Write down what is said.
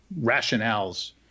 rationales